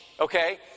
okay